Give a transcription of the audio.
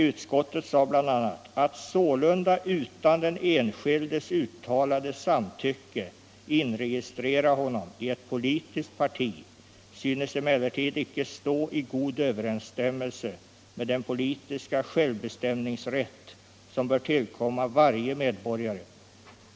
Utskottet anförde bl.a.: ”Att sålunda utan den enskildes uttalade samtycke inregistrera honom i ett politiskt parti synes emellertid icke stå i god överensstämmelse med den politiska självbestämningsrätt, som bör tillkomma varje medborgare.